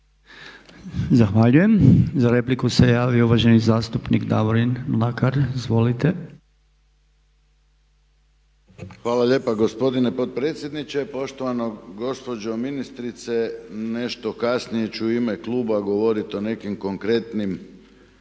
Zahvaljujem. Za repliku se javio uvaženi zastupnik Davorin Mlakar. Izvolite. **Mlakar, Davorin (HDZ)** Hvala lijepa gospodine potpredsjedniče. Poštovana gospođo ministrice! Nešto kasnije ću u ime kluba govoriti o nekim konkretnim